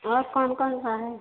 और कौन कौन सा है